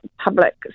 public